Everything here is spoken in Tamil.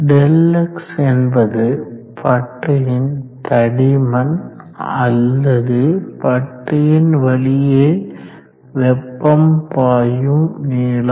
Δx என்பது பட்டையின் தடிமன் அல்லது பட்டையின் வழியே வெப்பம் பாயும் நீளம்